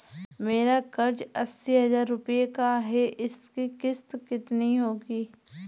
मेरा कर्ज अस्सी हज़ार रुपये का है उसकी किश्त कितनी होगी?